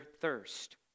thirst